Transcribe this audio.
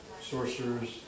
sorcerers